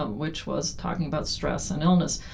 um which was talking about stress and illness.